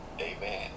Amen